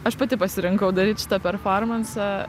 aš pati pasirinkau daryt šitą performansą